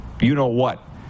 you-know-what